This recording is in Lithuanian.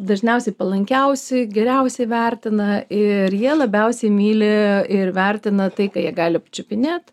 dažniausiai palankiausiai geriausiai vertina ir jie labiausiai myli ir vertina tai ką jie gali pačiupinėt